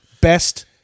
Best